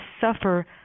suffer